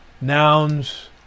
nouns